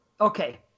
Okay